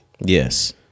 yes